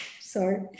Sorry